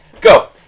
Go